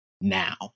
now